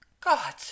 God